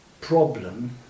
problem